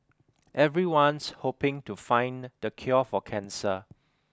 everyone's hoping to find the cure for cancer